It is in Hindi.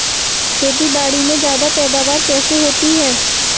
खेतीबाड़ी में ज्यादा पैदावार कैसे होती है?